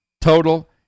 total